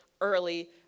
early